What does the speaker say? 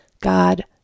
God